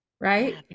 right